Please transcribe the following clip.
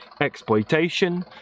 exploitation